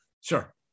sure